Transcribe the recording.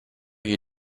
you